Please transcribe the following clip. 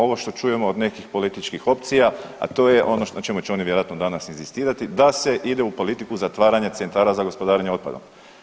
Ovo što čujemo od nekih političkih opcija, a to je ono na čemu će oni vjerojatno danas inzistirati da se ide u politiku zatvaranja Centara za gospodarenje otpadom.